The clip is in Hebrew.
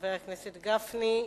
חבר הכנסת משה גפני.